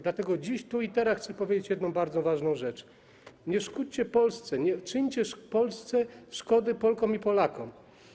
Dlatego dziś tu i teraz chcę powiedzieć jedną bardzo ważną rzecz: nie szkodźcie Polsce, nie czyńcie szkody Polkom i Polakom.